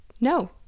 no